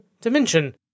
dimension